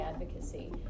advocacy